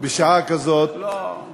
בשעה כזאת, לא, נו,